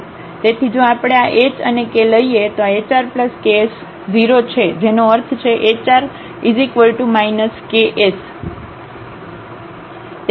તેથી જો આપણે આ h અને k લઈએ આ hr ks 0 છે જેનો અર્થ છે hr ks